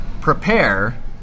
prepare